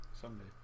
someday